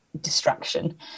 distraction